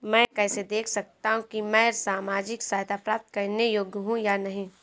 मैं कैसे देख सकता हूं कि मैं सामाजिक सहायता प्राप्त करने योग्य हूं या नहीं?